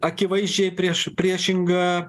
akivaizdžiai prieš priešinga